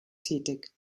tätig